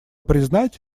признать